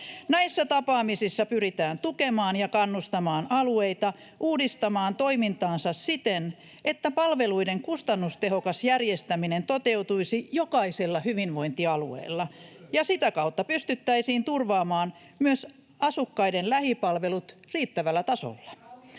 Näissä tapaamisissa pyritään tukemaan ja kannustamaan alueita uudistamaan toimintaansa siten, että palveluiden kustannustehokas järjestäminen toteutuisi jokaisella hyvinvointialueella ja sitä kautta pystyttäisiin turvaamaan myös asukkaiden lähipalvelut riittävällä tasolla.